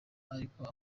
ariko